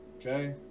Okay